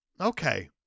Okay